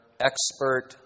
expert